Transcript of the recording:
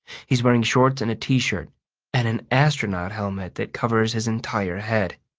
he's wearing shorts and a t-shirt and an astronaut helmet that covers his entire head.